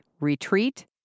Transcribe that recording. retreat